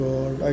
God